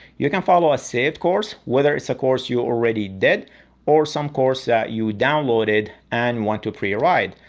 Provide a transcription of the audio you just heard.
you can follow a saved course, whether it's a course you already did or some course that you downloaded and want to pre-ride.